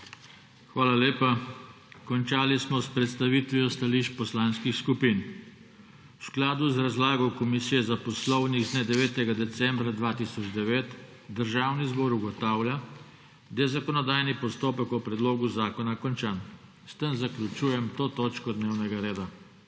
Hvala lepa. Končali smo s predstavitvijo stališč poslanskih skupin. V skladu z razlago Komisije za poslovnik z dne 9. decembra 2009 Državni zbor ugotavlja, da je zakonodajni postopek o predlogu zakona končan. S tem zaključujem to točko dnevnega reda.